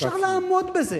אפשר לעמוד בזה.